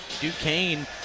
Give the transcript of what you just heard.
Duquesne